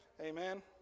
Amen